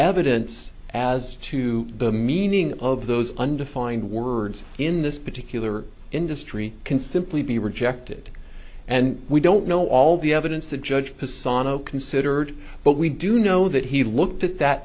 evidence as to the meaning of those undefined words in this particular industry can simply be rejected and we don't know all the evidence the judge personified considered but we do know that he looked at that